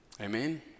Amen